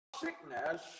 sickness